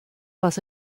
was